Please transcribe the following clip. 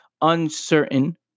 uncertain